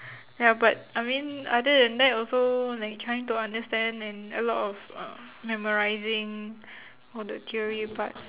ya but I mean other than that also like trying to understand and a lot of uh memorizing all the theory parts